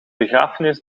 begrafenis